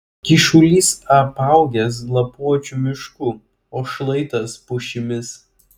kyšulys apaugęs lapuočių mišku o šlaitas pušimis